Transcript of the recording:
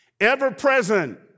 ever-present